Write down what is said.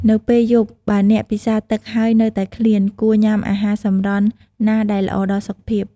នៅពេលយប់បើអ្នកពិសារទឹកហើយនៅតែឃ្លាន គួរញុំាអាហារសម្រន់ណាដែលល្អដល់សុខភាព។